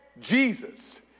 Jesus